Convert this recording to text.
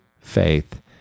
faith